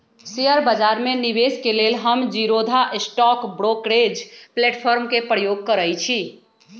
share बजार में निवेश के लेल हम जीरोधा स्टॉक ब्रोकरेज प्लेटफार्म के प्रयोग करइछि